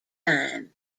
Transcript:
time